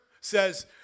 says